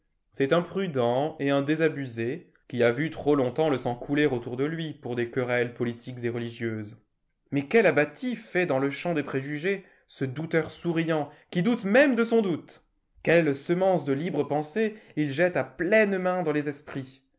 c'est un prudent et un désabusé qui a vu trop longtemps le sang couler autour de lui pour des querelles politiques et religieuses mais quel abatis fait dans le champ des préjugés ce douteur souriant qui doute même de son doute quelles semences de libre pensée il jette à pleines mains dans les esprits